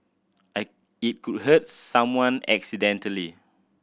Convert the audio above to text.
it could hurt someone accidentally